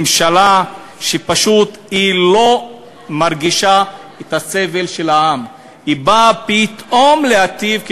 ממשלה שפשוט לא מרגישה את הסבל של העם באה פתאום להיטיב,